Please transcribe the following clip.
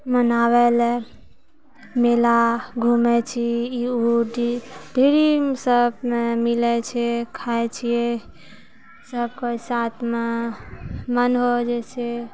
मनाबै लेल मेला घुमै छी मिलै छै ई फ्री सभमे मिलै छै खाइ छियै सभ कोइ साथमे मन हो जाइ छै